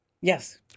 Yes